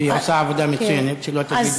והיא עושה עבודה מצוינת, שלא תגידי